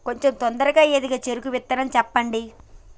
కొంచం తొందరగా ఎదిగే చెరుకు విత్తనం చెప్పండి?